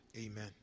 Amen